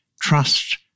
trust